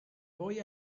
boy